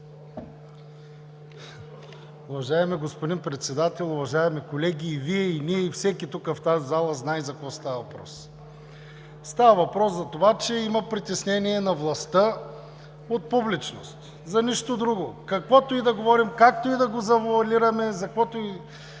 Уважаеми господин Председател, уважаеми колеги! И Вие, и ние, и всеки тук в тази зала знае за какво става въпрос. Става въпрос за това, че има притеснение на властта от публичност. За нищо друго. Каквото и да говорим, както и да го завоалираме, каквито и